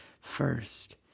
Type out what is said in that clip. first